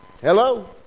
Hello